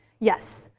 yes.